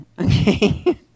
okay